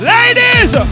Ladies